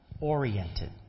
oriented